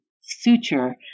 suture